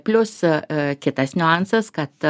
plius a a kitas niuansas kad